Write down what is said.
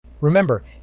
Remember